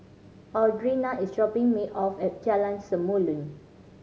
Audrina is dropping me off at Jalan Samulun